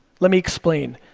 let me explain.